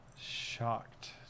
Shocked